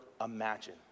imagine